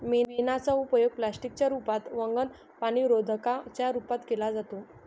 मेणाचा उपयोग प्लास्टिक च्या रूपात, वंगण, पाणीरोधका च्या रूपात केला जातो